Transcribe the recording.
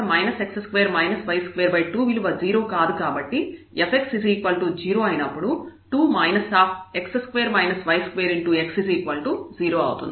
e x2 y22 విలువ 0 కాదు కాబట్టి fx 0 అయినప్పుడు 2 x0అవుతుంది